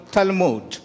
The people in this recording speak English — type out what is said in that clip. Talmud